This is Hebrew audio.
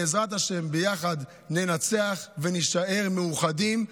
בעזרת השם, ביחד ננצח ונישאר מאוחדים.